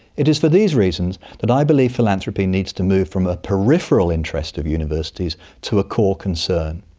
it is for these reasons that i believe philanthropy needs to move from a peripheral interest of universities to a core concern.